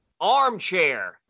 ARMCHAIR